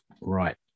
right